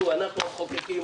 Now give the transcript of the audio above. אנחנו המחוקקים,